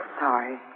sorry